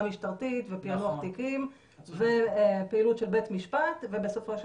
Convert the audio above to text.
משטרתית ופענוח תיקים ופעילות של בית משפט ובסופו של